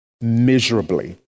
miserably